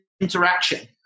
interaction